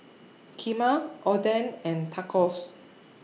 Kheema Oden and Tacos